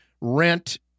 rent